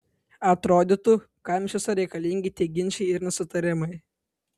atrodytų kam iš viso reikalingi tie ginčai ir nesutarimai